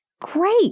great